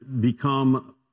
become